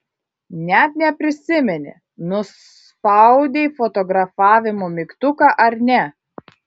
net neprisimeni nuspaudei fotografavimo mygtuką ar ne